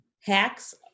hacks